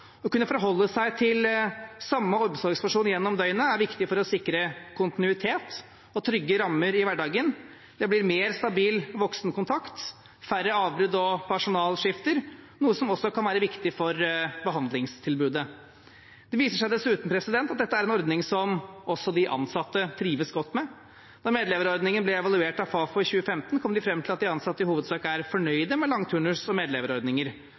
Å kunne forholde seg til samme omsorgsperson gjennom døgnet er viktig for å sikre kontinuitet og trygge rammer i hverdagen. Det blir mer stabil voksenkontakt og færre avbrudd og personalskift, noe som også kan være viktig for behandlingstilbudet. Det viser seg dessuten at dette er en ordning også de ansatte trives godt med. Da medleverordningen ble evaluert av Fafo i 2015, kom en fram til at de ansatte i hovedsak er fornøyd med langturnus- og medleverordninger.